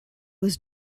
was